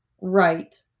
right